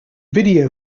video